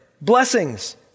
Blessings